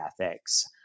ethics